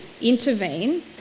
intervene